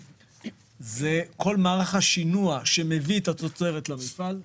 לכל מערך השינוע שמביא את התוצרת למפעל,